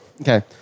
Okay